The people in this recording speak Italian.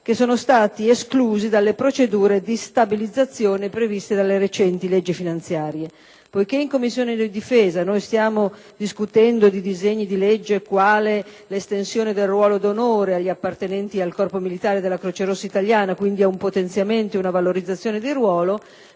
che sono stati esclusi dalle procedure di stabilizzazione previste dalle recenti leggi finanziarie. Poiché in Commissione difesa stiamo discutendo di disegni di legge quale quello relativo all'estensione del ruolo d'onore agli appartenenti al corpo militare della Croce rossa italiana (quindi con un potenziamento ed una valorizzazione del ruolo),